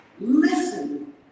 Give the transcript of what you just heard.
Listen